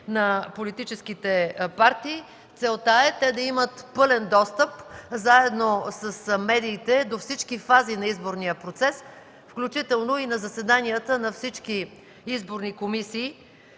на политическите партии. Целта е те да имат пълен достъп, заедно с медиите, до всички фази на изборния процес, включително и на заседанията на всички изборни комисии.